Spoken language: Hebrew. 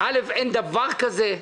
אין דבר כזה,